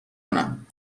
کنم